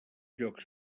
llocs